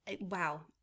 Wow